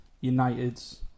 United's